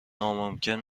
ناممکن